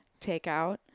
takeout